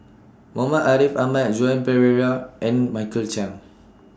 Muhammad Ariff Ahmad and Joan Pereira and Michael Chiang